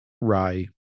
rye